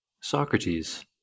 Socrates